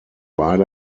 beide